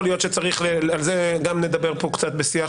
יכול להיות שגם על זה צריך לדבר כאן בשיח.